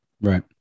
Right